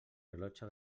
rellotge